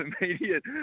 immediate